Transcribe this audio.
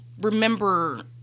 remember